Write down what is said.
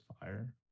fire